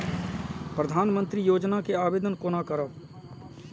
प्रधानमंत्री योजना के आवेदन कोना करब?